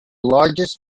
largest